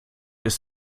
ist